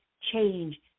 change